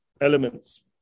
elements